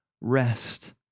rest